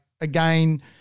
again